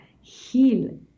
heal